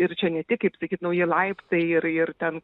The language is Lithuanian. ir čia ne tik kaip sakyt nauji laiptai ir ir ten